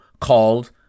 called